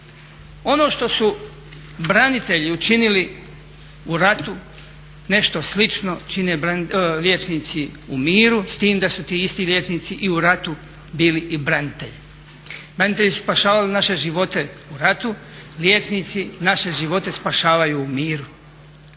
Ono što su branitelji učinili u ratu nešto slično čine liječnici u miru, s tim da su ti isti liječnici i u ratu bili i branitelji. Branitelji su spašavali naše živote u ratu, liječnici naše živote spašavaju u miru